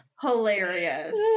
Hilarious